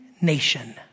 nation